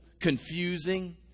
confusing